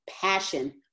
passion